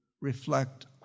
reflect